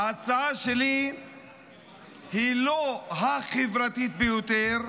ההצעה שלי היא לא החברתית ביותר.